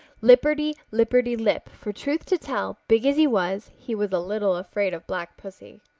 lipperty-lipperty-lip, for truth to tell, big as he was, he was a little afraid of black pussy.